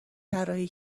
طراحی